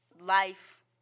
life